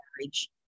marriage